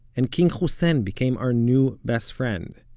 and king hussein became our new best friend.